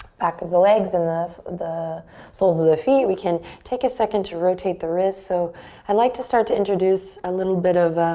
back of the legs and the the soles of the feet. we can take a second to rotate the wrists. so i'd like to start to introduce a little bit of